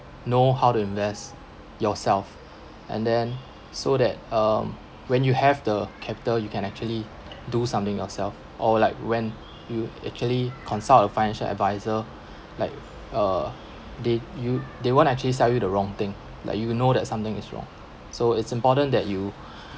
know how to invest yourself and then so that um when you have the capital you can actually do something yourself or like when you actually consult a financial adviser like uh they you they won't actually sell you the wrong thing like you know that something is wrong so it's important that you